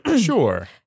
Sure